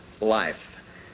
life